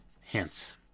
hence